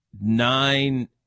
nine